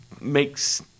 makes